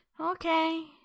Okay